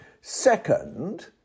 Second